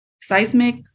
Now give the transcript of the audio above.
Seismic